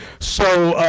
so,